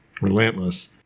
relentless